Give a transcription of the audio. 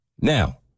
Now